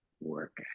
work